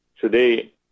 Today